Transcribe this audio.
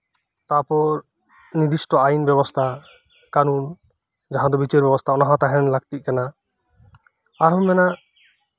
ᱛᱟᱨᱯᱚᱨ ᱱᱤᱨᱫᱤᱥᱴᱚ ᱟᱭᱤᱱ ᱵᱮᱥᱵᱚᱥᱛᱷᱟ ᱠᱟᱹᱱᱩᱱ ᱡᱟᱦᱟᱸ ᱫᱚ ᱵᱤᱪᱟᱹᱨ ᱵᱮᱵᱚᱥᱛᱷᱟ ᱚᱱᱟ ᱛᱟᱦᱮᱱ ᱞᱟᱹᱠᱛᱤᱜ ᱠᱟᱱᱟ ᱟᱨ ᱢᱮᱱᱟᱜ